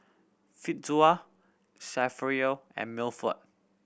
Fitzhugh Saverio and Milford